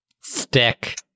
Stick